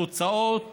התוצאות